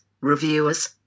reviewers